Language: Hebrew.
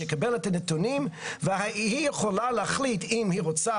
שתקבל את הנתונים והיא יכולה להחליט אם היא רוצה